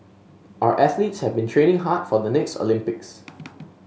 our athletes have been training hard for the next Olympics